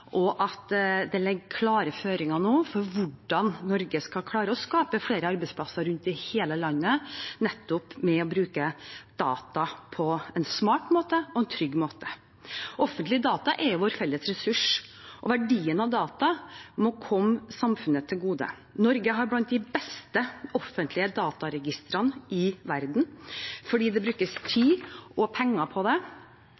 og at den legger klare føringer for hvordan Norge skal klare å skape flere arbeidsplasser rundt i hele landet nettopp ved å bruke data på en smart måte og en trygg måte. Offentlige data er vår felles ressurs, og verdien av data må komme samfunnet til gode. Norge har blant de beste offentlige dataregistrene i verden fordi det brukes